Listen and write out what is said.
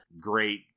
great